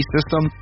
System